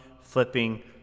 flipping